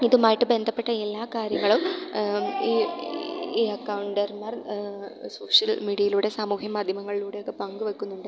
ഇതുമായിട്ട് ബന്ധപ്പെട്ട എല്ലാ കാര്യങ്ങളും ഈ ഈ അക്കൗണ്ടർമാർ സോഷ്യൽ മീഡിയയിലൂടെ സാമൂഹ്യ മാധ്യമങ്ങളിലൂടെയൊക്കെ പങ്കു വെക്കുന്നുണ്ട്